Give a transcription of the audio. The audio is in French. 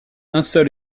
seul